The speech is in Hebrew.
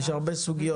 יש הרבה סוגיות.